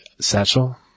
satchel